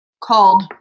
called